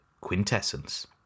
Quintessence